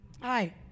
Hi